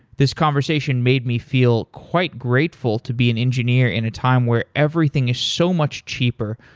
this conversation made me feel quite grateful to be an engineer in a time where everything is so much cheaper,